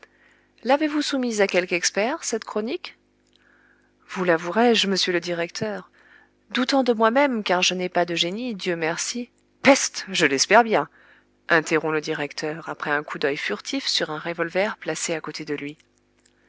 l'avez-vous soumise à quelque expert cette chronique vous l'avouerai-je monsieur le directeur doutant de moi-même car je n'ai pas de génie dieu merci peste je l'espère bien interrompt le directeur après un coup d'œil furtif sur un revolver placé à côté de lui